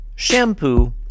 Shampoo